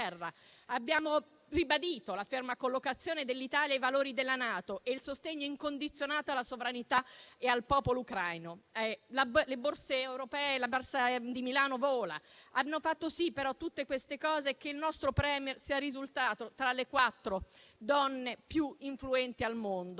Abbiamo ribadito la ferma collocazione dell'Italia nei valori della NATO e il sostegno incondizionato alla sovranità e al popolo ucraino. Le Borse europee e la Borsa di Milano volano. Tutte queste cose hanno fatto sì che il nostro *premier* sia risultato tra le quattro donne più influenti al mondo